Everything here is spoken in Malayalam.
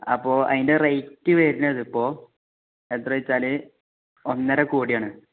അപ്പോൾ അതിൻ്റെ റേറ്റ് വരുന്നത് ഇപ്പോൾ എത്ര വെച്ചാൽ ഒന്നര കോടിയാണ്